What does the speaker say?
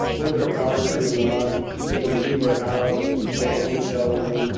when is our power turning on? should we leave our house should we book a hotel room?